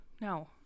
no